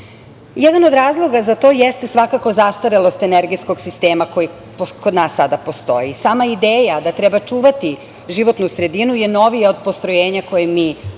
način. Jedan od razloga za to jeste svakako zastarelost energetskog sistema koji kod nas sada postoji. Sama ideja da treba čuvati životnu sredinu je novija od postrojenja koja mi u našoj